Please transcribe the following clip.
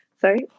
Sorry